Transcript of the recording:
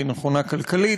היא נכונה כלכלית,